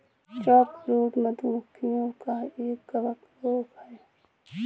chalkbrood, मधु मक्खियों का एक कवक रोग है